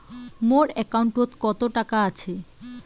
মোর একাউন্টত কত টাকা আছে?